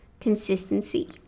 consistency